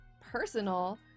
personal